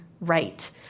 right